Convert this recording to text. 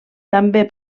també